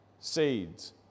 Seeds